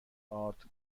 آرد